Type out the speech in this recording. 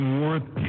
worth